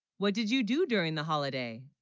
what did you do during the holiday?